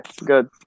good